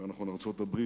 יותר נכון, ארצות-הברית